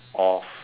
of